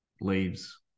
leaves